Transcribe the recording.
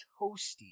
Toasty